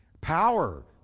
power